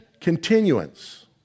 continuance